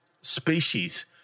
species